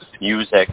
music